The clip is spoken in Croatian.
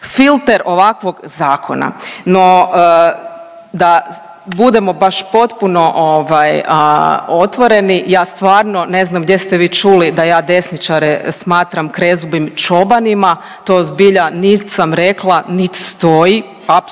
filter ovakvog zakona. No, da budemo baš potpuno ovaj otvoreni ja stvarno ne znam gdje ste vi čuli da ja desničare smatram krezubim čobanima, to zbilja nit sam rekla, nit stoji. Apsolutno